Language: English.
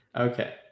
okay